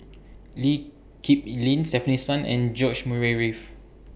Lee Kip Lin Stefanie Sun and George Murray Reith